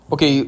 Okay